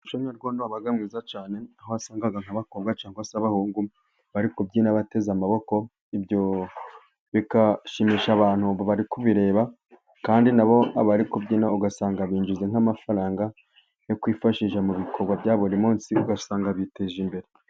Umuco wabaga mwiza cyane aho wasangaga nk'abakobwa cyangwa se abahungu bari kubyina bateze amaboko, ibyo bigashimisha abantu bari kubireba kandi nabo bari kubyina ugasanga binjiza nk'amafaranga yo kwifashisha mu bikorwa bya buri munsi ugasanga biteje imbere.